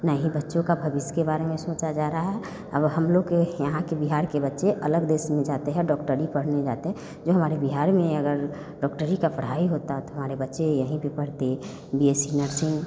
न ही बच्चों का भविष्य के बारे में सोचा जा रहा है अगर हम लोग को यहाँ के बिहार के बच्चे अलग देश में जाते हैं डोक्टरी पढ़ने जाते बिहार में अगर डोक्टरी का पढ़ाई होता तो हमारे बच्चे यही भी पढ़ते बी एस सी नर्सिंग